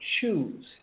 choose